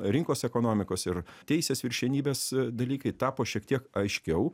rinkos ekonomikos ir teisės viršenybės dalykai tapo šiek tiek aiškiau